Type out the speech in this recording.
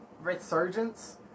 resurgence